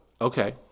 Okay